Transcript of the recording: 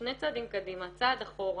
שני צעדים קדימה, צעד אחורה,